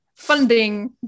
funding